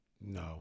No